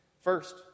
First